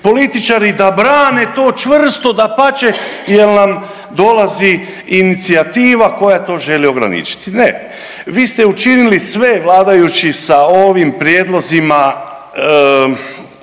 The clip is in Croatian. da brane to čvrsto, dapače jer nam dolazi inicijativa koja to želi ograničiti. Ne, vi se učinili sve vladajući sa ovim prijedlozima